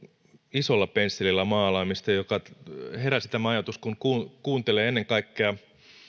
isolla pensselillä maalaamista tämä ajatus herää kun kuuntelee ennen kaikkea